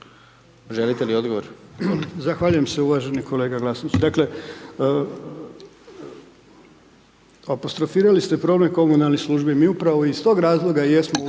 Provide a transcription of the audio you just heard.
Mile (SDSS)** Zahvaljujem se uvaženi kolega Glasnović, dakle apostrofirali ste problem komunalnih službi, mi upravo iz tog razloga jesmo